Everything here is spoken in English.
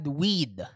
weed